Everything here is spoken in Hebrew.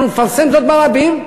אנחנו נפרסם זאת ברבים.